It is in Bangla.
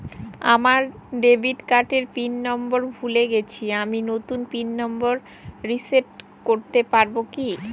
আমার ডেবিট কার্ডের পিন নম্বর ভুলে গেছি আমি নূতন পিন নম্বর রিসেট করতে পারবো কি?